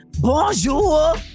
Bonjour